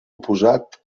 oposat